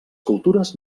cultures